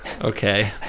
okay